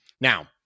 Now